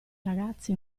ragazze